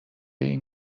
این